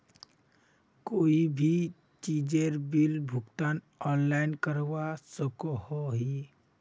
कोई भी चीजेर बिल भुगतान ऑनलाइन करवा सकोहो ही?